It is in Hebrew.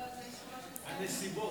הנסיבות.